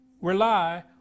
rely